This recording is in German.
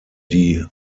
die